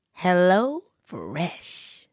HelloFresh